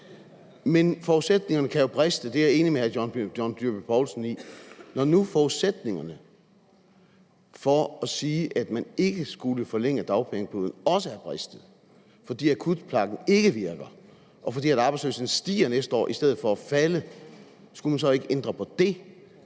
Men forudsætningerne kan jo briste, det er jeg enig med hr. John Dyrby Paulsen i. Når nu forudsætningerne for at sige, at man ikke skulle forlænge dagpengeperioden, også er bristet, fordi akutpakken ikke virker, og fordi arbejdsløsheden stiger næste år i stedet for at falde, skulle man så ikke ændre på det?